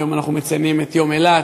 היום אנחנו מציינים את יום אילת,